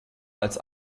als